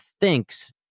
thinks